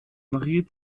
marie